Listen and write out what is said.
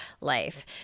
life